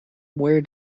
where